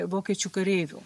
vokiečių kareivių